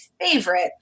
favorite